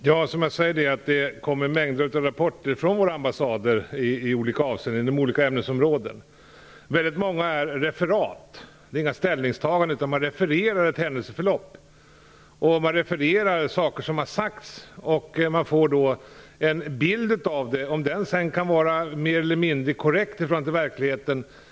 Fru talman! Som jag sade kommer det mängder av rapporter inom olika ämnesområden från våra ambassader. Väldigt många är referat. De innehåller inga ställningstaganden, utan man refererar ett händelseförlopp och saker som har sagts, och man får en bild av det. Den kan sedan vara mer eller mindre korrekt i förhållande till verkligheten.